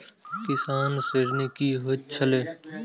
किसान ऋण की होय छल?